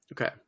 okay